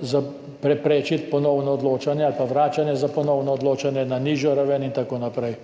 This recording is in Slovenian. za preprečiti ponovno odločanje ali pa vračanje za ponovno odločanje na nižjo raven in tako naprej.